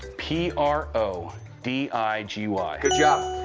p r o d i g y. good job.